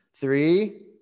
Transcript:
Three